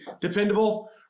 Dependable